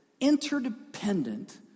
interdependent